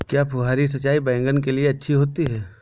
क्या फुहारी सिंचाई बैगन के लिए अच्छी होती है?